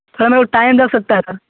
थोड़ा मेरे को टाइम लग सकता है सर